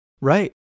Right